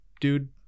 dude